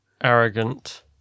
arrogant